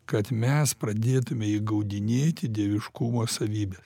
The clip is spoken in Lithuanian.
kad mes pradėtume įgaudinėti dieviškumo savybes